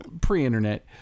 pre-internet